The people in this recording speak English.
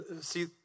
See